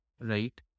right